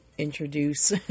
introduce